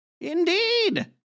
Indeed